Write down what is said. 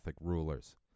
rulers